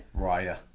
Raya